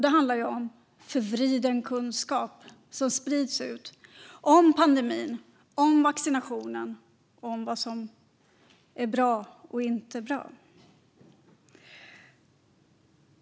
Det handlar om förvriden kunskap som sprids om pandemin, om vaccinationen och om vad som är bra och inte bra.